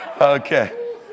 Okay